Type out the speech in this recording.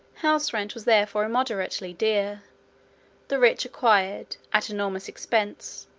house-rent was therefore immoderately dear the rich acquired, at an enormous expense,